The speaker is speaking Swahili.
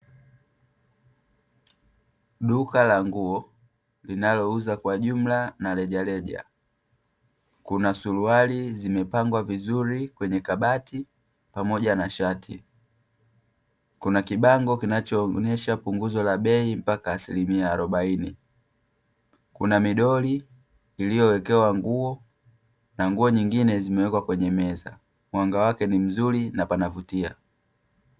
Duka la nguo linalouza kwa jumla na rejareja. Kuna suruali zimepangwa vizuri kwenye kabati pamoja na shati. Kuna kibango kinachoonyesha punguzo la bei mpaka asilimia arobaini. Kuna midoli iliyowekewa nguo na nguo nyingine zimewekwa kwenye meza; mwanga wake ni mzuri na panavutia.